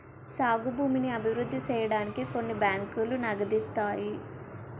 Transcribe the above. సాగు భూమిని అభివృద్ధి సేయడానికి కొన్ని బ్యాంకులు నగదిత్తాయి